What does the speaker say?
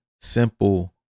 simple